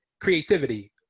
creativity